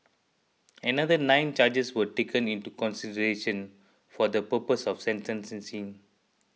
another nine charges were taken into consideration for the purpose of sentencing